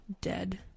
dead